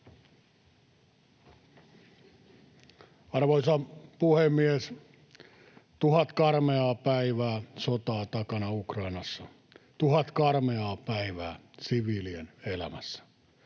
Arvoisa puhemies! Tuhat karmeaa päivää sotaa takana Ukrainassa, tuhat karmeaa päivää siviilien elämässä.